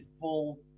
full